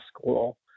school